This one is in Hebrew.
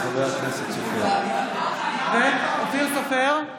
בעד אופיר סופר,